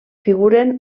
figuren